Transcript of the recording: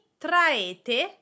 traete